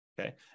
Okay